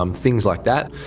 um things like that.